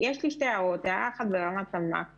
יש לי שתי הערות, הערה אחת ברמת המקרו